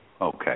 Okay